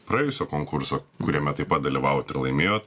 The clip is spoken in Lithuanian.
praėjusio konkurso kuriame taip pat dalyvavot ir laimėjot